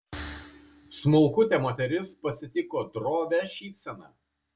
smulkutė moteris pasitiko drovia šypsena